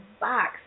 box